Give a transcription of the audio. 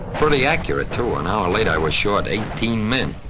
pretty accurate too, an hour later i was short eighteen men.